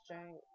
drink